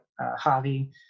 Javi